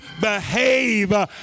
behave